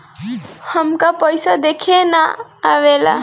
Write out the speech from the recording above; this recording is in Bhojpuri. हमका पइसा देखे ना आवेला?